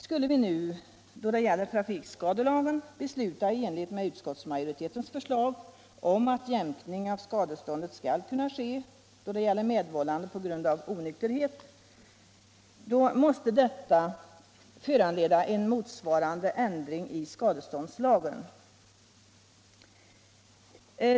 Skulle vi nu då det gäller trafikskadelagen besluta i enlighet med utskottsmajoritetens förslag — att jämkning av skadeståndet skall kunna ske då det gäller medvållande på grund av onykterhet — måste detta föranleda en motsvarande ändring i skadeståndslagen.